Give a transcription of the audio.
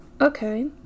Okay